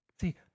See